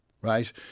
Right